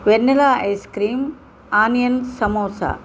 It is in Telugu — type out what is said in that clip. vanilla ice cream onion samosa